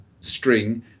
string